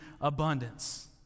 abundance